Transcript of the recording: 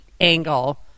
angle